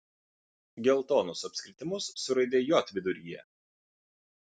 geltonus apskritimus su raide j viduryje